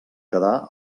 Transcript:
quedar